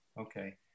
Okay